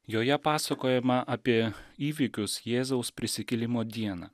joje pasakojama apie įvykius jėzaus prisikėlimo dieną